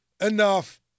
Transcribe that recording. enough